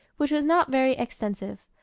which was not very extensive.